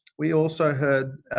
we also heard,